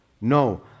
No